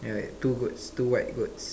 yeah two goats two white goats